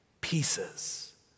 pieces